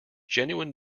genuine